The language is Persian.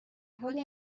حالی